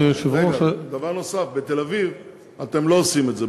דבר נוסף: בתל-אביב אתם לא עושים את זה,